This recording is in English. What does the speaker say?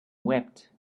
wept